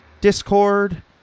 Discord